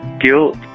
guilt